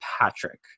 Patrick